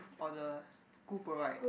or the school provide